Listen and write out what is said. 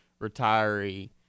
retiree